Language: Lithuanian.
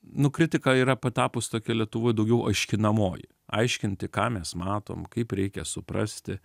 nu kritika yra patapus tokia lietuvoj daugiau aiškinamoji aiškinti ką mes matom kaip reikia suprasti